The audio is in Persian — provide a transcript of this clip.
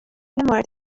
مورد